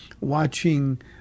watching